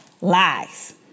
Lies